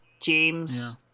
James